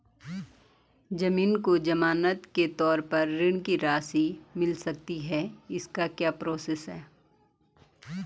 ज़मीन को ज़मानत के तौर पर ऋण की राशि मिल सकती है इसकी क्या प्रोसेस है?